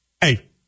Hey